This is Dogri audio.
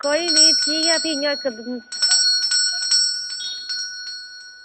कोई निं भी इंया गै सद्दगी